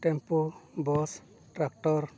tempo bus tractor